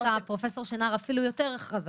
פרופ' שנער, אפילו יותר הכרזה.